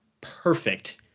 perfect